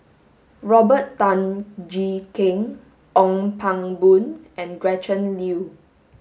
Robert Tan Jee Keng Ong Pang Boon and Gretchen Liu